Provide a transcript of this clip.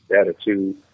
attitude